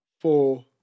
four